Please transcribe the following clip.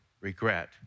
regret